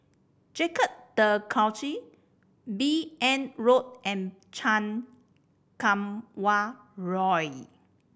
Jacques De Coutre B N Road and Chan Kum Wah Roy